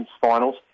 finals